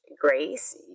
grace